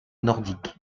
nordique